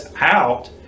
out